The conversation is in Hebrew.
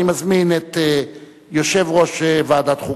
אני מזמין את יושב-ראש ועדת חוקה,